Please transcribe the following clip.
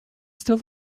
still